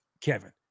Kevin